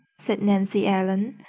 said nancy ellen.